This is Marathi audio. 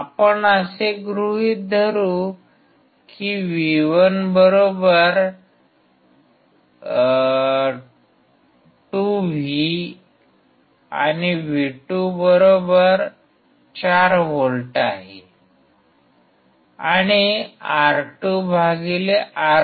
आपण असे गृहीत धरू की V1 2V V2 4V आणि R2R1 10